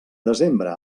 desembre